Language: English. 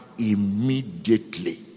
Immediately